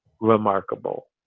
remarkable